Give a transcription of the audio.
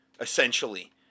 Essentially